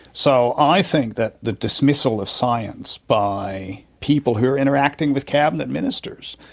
so i think that the dismissal of science by people who are interacting with cabinet ministers,